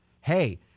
hey